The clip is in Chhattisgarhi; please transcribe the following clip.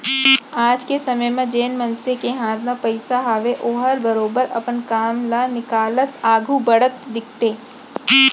आज के समे म जेन मनसे के हाथ म पइसा हावय ओहर बरोबर अपन काम ल निकालत आघू बढ़त दिखथे